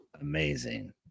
Amazing